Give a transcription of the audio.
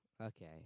Okay